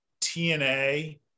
TNA